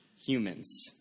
humans